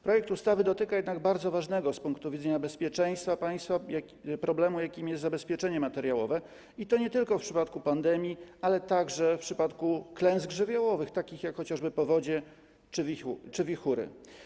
Projekt ustawy dotyka jednak bardzo ważnego z punktu widzenia bezpieczeństwa państwa problemu, jakim jest zabezpieczenie materiałowe, i to nie tylko w przypadku pandemii, ale także w przypadku klęsk żywiołowych, takich jak chociażby powodzie czy wichury.